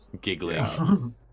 giggling